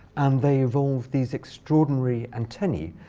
and they evolve these extraordinary antennae,